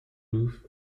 roof